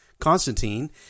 Constantine